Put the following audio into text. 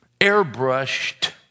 airbrushed